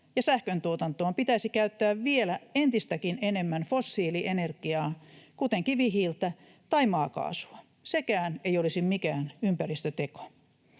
sähköntuotantoon pitäisi käyttää vielä entistäkin enemmän fossiilienergiaa, kuten kivihiiltä tai maakaasua, sekään ei olisi mikään ympäristöteko.